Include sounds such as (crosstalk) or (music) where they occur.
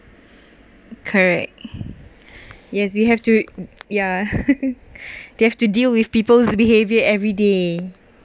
correct yes you have to ya (laughs) they have to deal with people's behavior everyday